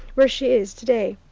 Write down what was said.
where she is to-day.